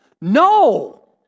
No